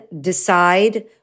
decide